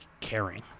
caring